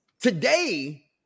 Today